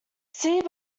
city